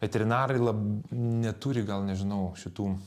veterinarai la neturi gal nežinau šitų